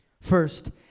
First